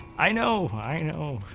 i know, i know,